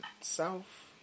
South